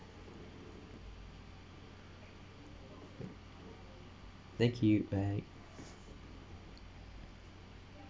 thank you bye